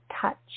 touch